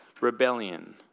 rebellion